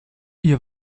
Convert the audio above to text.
ihr